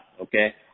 okay